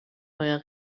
neuer